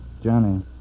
Johnny